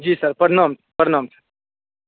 जी sir प्रणाम प्रणाम sir